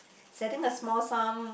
setting a small sum